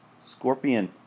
Scorpion